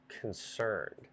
concerned